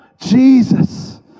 jesus